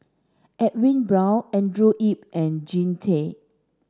Edwin Brown Andrew Yip and Jean Tay